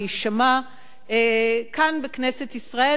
להישמע כאן בכנסת ישראל.